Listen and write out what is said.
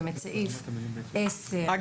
את סעיף 10 --- אגב,